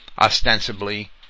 ostensibly